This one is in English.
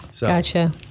Gotcha